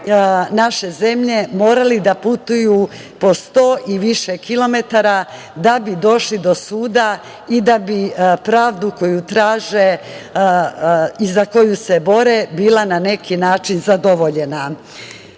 naše zemlje morali da putuju po 100 i više kilometara da bi došli do suda i da bi pravdu koju traže i za koju se bore bila na neki način zadovoljena. Takođe,